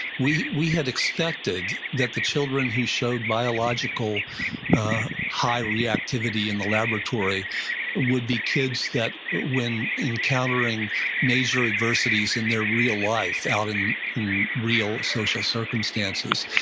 we we had expected that the children who showed biological high reactivity in the laboratory would be kids that, when encountering nature adversities in their real life, out in in real social circumstances,